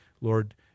Lord